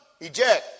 eject